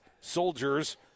soldiers